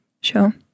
sure